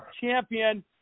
champion